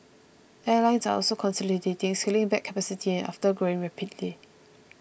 airlines are also consolidating scaling back capacity after growing rapidly